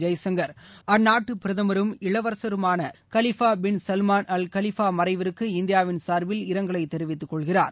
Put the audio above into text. ஜெய்சங்கர் அந்நாட்டு பிரதமரும் இளவரசருமான Khalifa bin Salman Al Khalifa மறைவிற்கு இந்தியாவின் சார்பில் இரங்கலை தெரிவித்து கொள்கிறார்